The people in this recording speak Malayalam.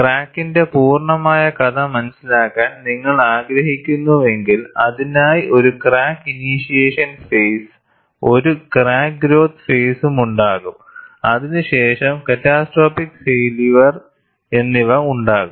ക്രാക്കിന്റെ പൂർണ്ണമായ കഥ മനസിലാക്കാൻ നിങ്ങൾ ആഗ്രഹിക്കുന്നുവെങ്കിൽ അതിനായി ഒരു ക്രാക്ക് ഇനീഷ്യേഷൻ ഫേസ് ഒരു ക്രാക്ക് ഗ്രോത്ത് ഫേസുമുണ്ടാകും അതിനുശേഷം ക്യാറ്റസ്ട്രോപ്പിക് ഫേയില്യൂവർ എന്നിവ ഉണ്ടാകും